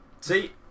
See